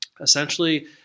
Essentially